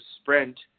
sprint